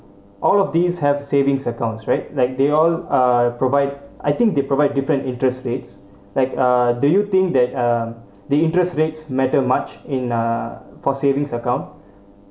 all of these have savings accounts right like they all uh provide I think they provide different interest rates like uh do you think that uh the interest rates matter much in a for savings account